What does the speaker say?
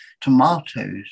tomatoes